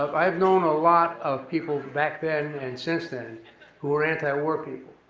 i have known a lot of people back then and since then who are antiwar people.